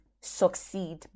succeed